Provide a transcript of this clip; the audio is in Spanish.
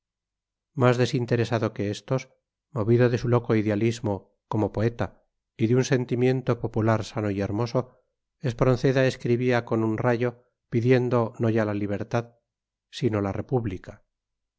más desinteresado que estos movido de su loco idealismo como poeta y de un sentimiento popular sano y hermoso espronceda escribía con un rayo pidiendo no ya la libertad sino la república